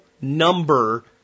number